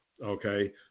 okay